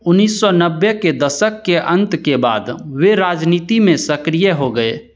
उन्नीस सौ नब्बे के दशक के अंत के बाद वे राजनीति में सक्रिय हो गए